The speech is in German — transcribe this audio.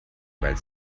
weil